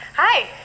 Hi